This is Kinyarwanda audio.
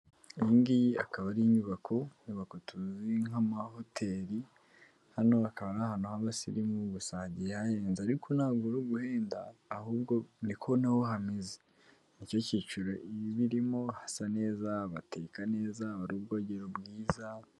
Iyi ngiyi akaba ari inyubako, inyubako tuzi nk'amahoteri. Hano hakaba ari ahantu h'abasirimu gusa hagiye hahenze; ariko ntabwo uri uguhenda ahubwo ni ko na ho hameze. Ni cyo cyiciro iba irimo hasa neza, bateka neza, hari ubwogero bwiza.